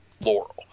Laurel